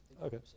Okay